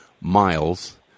miles